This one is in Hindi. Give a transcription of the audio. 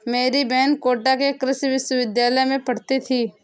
मेरी बहन कोटा के कृषि विश्वविद्यालय में पढ़ती थी